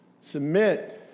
Submit